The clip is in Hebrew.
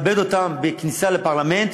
ומי שרוצה לכבד אותם בכניסה לפרלמנט,